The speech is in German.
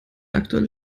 aktuelle